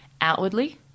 outwardly